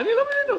אני לא מבין אתכם.